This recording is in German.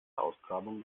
ausgrabungen